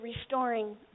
restoring